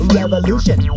revolution